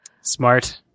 Smart